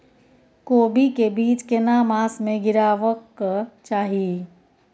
कोबी के बीज केना मास में गीरावक चाही?